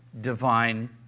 divine